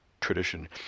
tradition